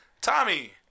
Tommy